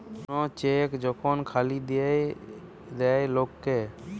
কোন চেক যখন খালি দিয়ে দেয় লোক কে